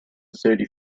thirty